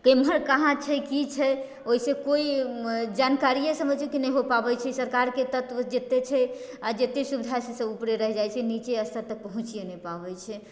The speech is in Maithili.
केम्हर कहाँ छै कि छै ओहिसँ कोइ जानकारिए समझु कि नहि हो पाबैत छै सरकारके तहत जते छै आओर जते सुविधा छै सभ उपरे रहि जाइत छै निचे स्तर तक पहुँचे नहि पाबैत छै